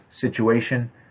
situation